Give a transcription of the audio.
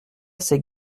ces